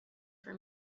for